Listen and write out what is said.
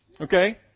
Okay